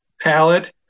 palette